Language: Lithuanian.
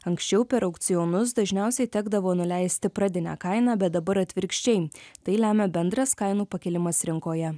anksčiau per aukcionus dažniausiai tekdavo nuleisti pradinę kainą bet dabar atvirkščiai tai lemia bendras kainų pakilimas rinkoje